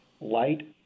light